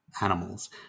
animals